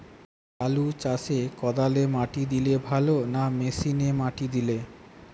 আলু চাষে কদালে মাটি দিলে ভালো না মেশিনে মাটি দিলে?